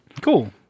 Cool